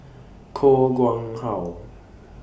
Koh Nguang How